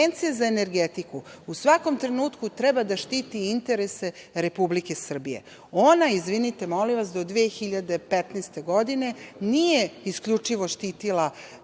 značaja. Agencija za energetiku u svakom trenutku treba da štiti interese Republike Srbije. Ona, izvinite molim vas, do 2015. godine nije isključivo štitila